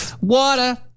Water